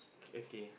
okay